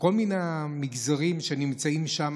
מכל מיני מגזרים, נמצאים שם